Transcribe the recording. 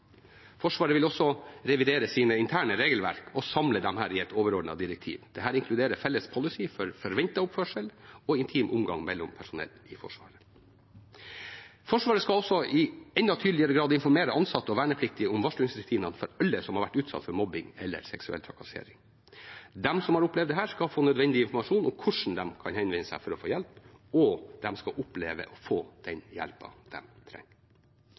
Forsvaret vil også revidere sine interne regelverk og samle disse i et overordnet direktiv. Dette inkluderer en felles policy for forventet oppførsel og intim omgang mellom personell i Forsvaret. Forsvaret skal også i enda tydeligere grad informere ansatte og vernepliktige om varslingsrutinene for alle som har vært utsatt for mobbing eller seksuell trakassering. De som har opplevd dette, skal få nødvendig informasjon om hvordan de kan henvende seg for å få hjelp, og de skal oppleve å få den hjelpen de trenger.